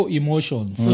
emotions